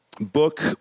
book